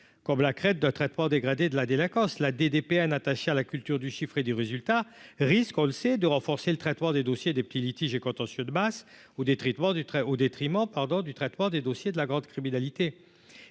comme la crête de traitement dégradé de la délinquance, la DDPS, attachée à la culture du chiffre et du résultat risque, on le sait, de renforcer le traitement des dossiers des petits litiges et contentieux de masse ou des traitements du trait au détriment,